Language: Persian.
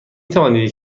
توانید